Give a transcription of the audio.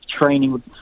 training